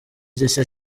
gishya